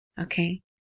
Okay